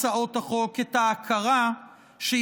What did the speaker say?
הצעות החוק העולות היום להצבעה בקריאה טרומית